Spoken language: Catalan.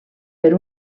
per